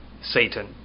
Satan